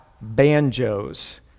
banjos